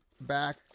back